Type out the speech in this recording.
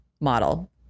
model